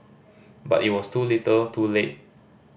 but it was too little too late